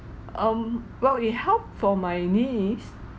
um well it help for my knees